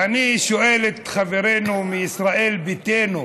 ואני שואל את חברינו מישראל ביתנו: